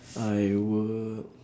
I would